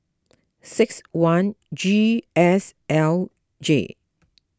six one G S L J